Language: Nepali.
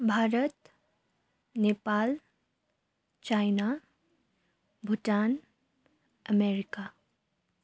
Bharat Nepal China Bhutan America